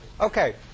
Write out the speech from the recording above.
okay